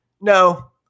No